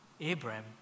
Abraham